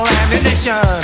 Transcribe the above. ammunition